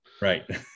Right